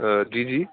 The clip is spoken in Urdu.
جی جی